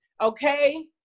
Okay